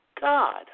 God